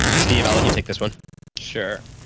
steve, i'll let you take this one sure.